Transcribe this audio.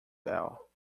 bell